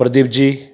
Pradeep ji